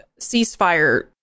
ceasefire